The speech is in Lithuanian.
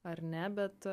ar ne bet